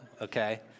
okay